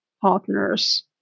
partners